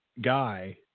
guy